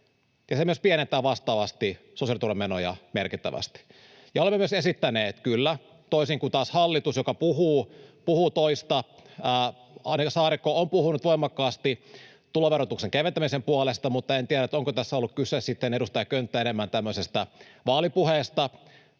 se myös pienentää vastaavasti sosiaaliturvamenoja merkittävästi. Olemme myös esittäneet, kyllä, toisin kuin taas hallitus, joka puhuu toista — Annika Saarikko on puhunut voimakkaasti tuloverotuksen keventämisen puolesta, mutta en tiedä, onko tässä ollut kyse sitten, edustaja Könttä, enemmän tämmöisestä vaalipuheesta,